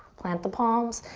plant the palms,